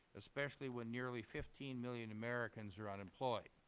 especially when nearly fifteen million americans are unemployed.